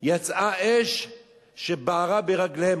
יצאה אש שבערה ברגליהם.